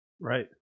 Right